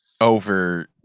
over